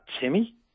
Timmy